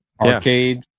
Arcade